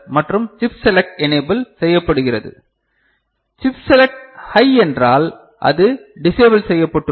மற்றும் chip select enable செய்யப்படுகிறது chip select high என்றால் அது டிஸ்ஏபில் செய்யப்பட்டுள்ளது